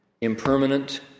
impermanent